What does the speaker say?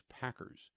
Packers